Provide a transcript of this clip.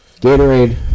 Gatorade